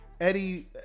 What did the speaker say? Eddie